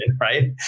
right